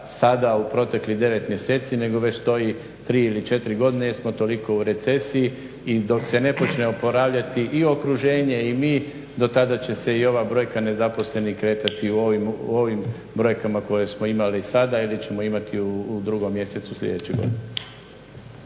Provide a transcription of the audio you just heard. sada u proteklih 9 mjeseci nego već stoji 3 ili 4 godine jer smo toliko u recesiji i dok se ne počne oporavljati i okruženje i mi do tada će se i ova brojka nezaposlenih kretati u ovim brojkama koje smo imali sada ili ćemo imati u drugom mjesecu sljedeće godine.